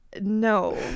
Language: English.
No